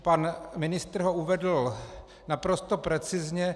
Pan ministr ho uvedl naprosto precizně.